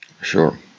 Sure